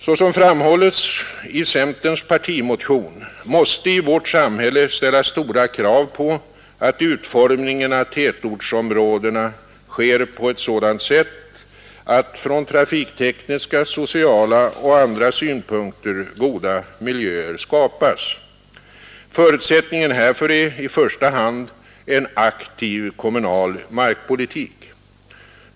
Såsom framhålles i centerns partimotion mäste i vårt samhälle ställas stora krav på att utformningen av tätortsområdena sker på sådant sätt att, från trafiktekniska, sociala och andra synpunkter, goda miljöer skapas. Förutsättningen härför är i första hand en aktiv kommunal markpolitik.